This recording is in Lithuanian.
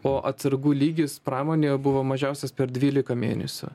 o atsargų lygis pramonėje buvo mažiausias per dvylika mėnesių